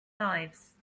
lives